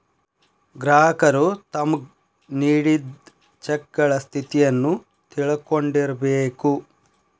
ಗ್ರಾಹಕರು ತಮ್ಗ್ ನೇಡಿದ್ ಚೆಕಗಳ ಸ್ಥಿತಿಯನ್ನು ತಿಳಕೊಂಡಿರ್ಬೇಕು